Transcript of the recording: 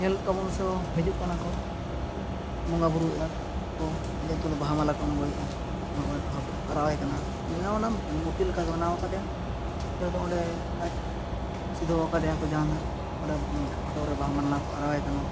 ᱧᱮᱞ ᱠᱟᱵᱚᱱ ᱥᱮ ᱦᱤᱡᱩᱜ ᱠᱟᱱᱟ ᱠᱚ ᱵᱚᱸᱜᱟ ᱵᱳᱨᱳ ᱠᱚ ᱟᱞᱮ ᱟᱛᱳ ᱵᱟᱦᱟ ᱢᱟᱞᱟ ᱠᱚ ᱟᱬᱜᱩᱭᱮᱜᱼᱟ ᱚᱱᱟ ᱠᱚ ᱦᱚᱴᱚᱜ ᱨᱮᱠᱚ ᱟᱨᱟᱣᱟᱭ ᱠᱟᱱᱟ ᱢᱮᱱᱟ ᱢᱩᱨᱛᱤ ᱞᱮᱠᱟ ᱜᱮ ᱵᱮᱱᱟᱣ ᱟᱠᱟᱫᱮᱭᱟ ᱡᱮᱦᱮᱛᱩ ᱚᱸᱰᱮ ᱟᱡ ᱥᱤᱫᱩ ᱟᱠᱟᱫᱮᱭᱟ ᱠᱚ ᱡᱟᱦᱟᱸ ᱱᱟᱜ ᱚᱸᱰᱮ ᱯᱷᱳᱴᱳ ᱨᱮ ᱵᱟᱦᱟ ᱢᱟᱞᱟ ᱠᱚ ᱟᱨᱟᱣᱟᱭ ᱠᱟᱱᱟ